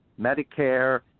Medicare